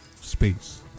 space